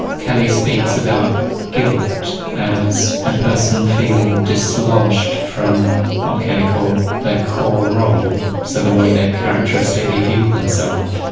kelly speaks about guilt as a person feeling dislodged from what kelly called their core role, so the way they've characteristically viewed themselves.